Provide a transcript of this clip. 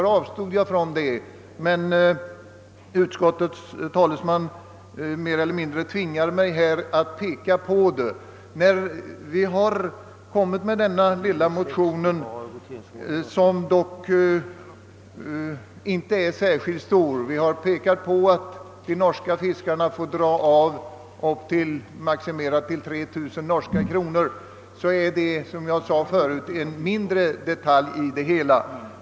Jag avstod från en sådan uppräkning, men utskottets talesman tvingar mig nu mer eller mindre att peka på detta förhållande. I vår blygsamma motion har vi framhållit att de norska fiskarna får dra av ett belopp som är maximerat till 3 000 norska kronor. Detta är — som jag förut sade — en liten detalj i helhetsbilden.